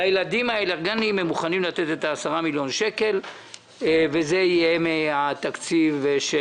לילדים עם האלרגיה הם מוכנים לתת 10 מיליון שקל וזה יהיה מהתקציב של